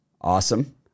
Awesome